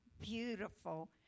beautiful